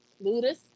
Ludus